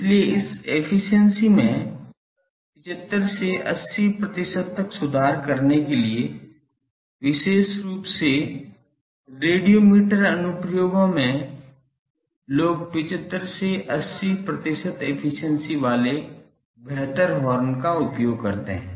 इसलिए इस एफिशिएंसी में 75 से 80 प्रतिशत तक सुधार करने के लिए विशेष रूप से रेडियोमीटर अनुप्रयोगों में लोग 75 80 प्रतिशत एफिशिएंसी वाले बेहतर हॉर्न का उपयोग करते हैं